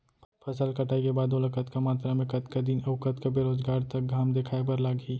फसल कटाई के बाद ओला कतका मात्रा मे, कतका दिन अऊ कतका बेरोजगार तक घाम दिखाए बर लागही?